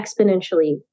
exponentially